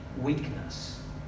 Weakness